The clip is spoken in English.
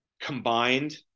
combined